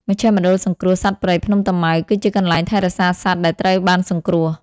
មជ្ឈមណ្ឌលសង្គ្រោះសត្វព្រៃភ្នំតាម៉ៅ គឺជាកន្លែងថែរក្សាសត្វដែលត្រូវបានសង្គ្រោះ។